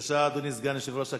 בבקשה, אדוני סגן יושב-ראש הכנסת,